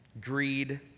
greed